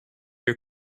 your